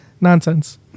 nonsense